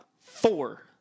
four